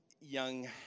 young